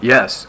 Yes